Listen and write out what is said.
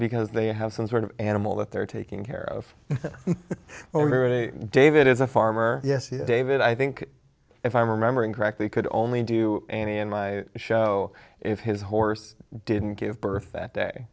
because they have some sort of animal that they're taking care of over david is a farmer yes yes david i think if i'm remembering correctly could only do an a on my show if his horse didn't give birth that day